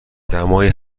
دمای